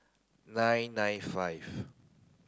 nine nine five